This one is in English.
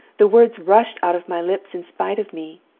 the words rushed out of my lips in spite of me.